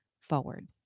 forward